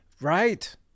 Right